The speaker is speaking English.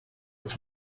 its